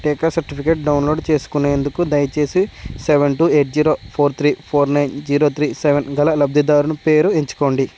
టీకా certificate download చేసుకునేందుకు దయచేసి seven two eight zero four three four nine zero three seven గల లబ్ధిదారుని పేరు ఎంచుకోండి